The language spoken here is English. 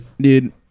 Dude